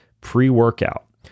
pre-workout